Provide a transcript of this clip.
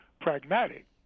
pragmatic